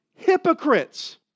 hypocrites